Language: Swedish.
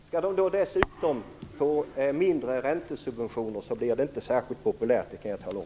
Skall de då dessutom få mindre räntesubventioner blir det inte särskilt populärt. Det kan jag tala om.